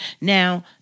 Now